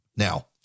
Now